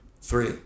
Three